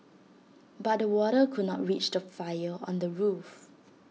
but the water could not reach the fire on the roof